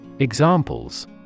Examples